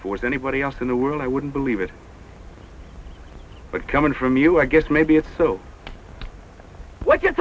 force anybody else in the world i wouldn't believe it but coming from you i guess maybe it's so what you